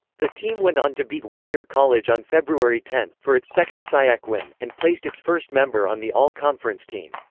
the team went on to beat whittier college on february ten, for its second sciac win, and placed its first member on the all conference team.